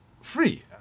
free